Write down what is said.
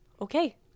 okay